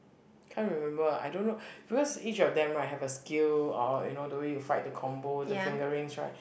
can't remember I don't know because each of them right have a skill or you know the way you fight the combo the fingerings right